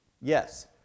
Yes